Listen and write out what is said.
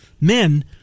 men